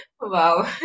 wow